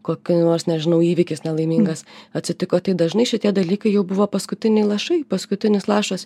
kokia nors nežinau įvykis nelaimingas atsitiko tai dažnai šitie dalykai jau buvo paskutiniai lašai paskutinis lašas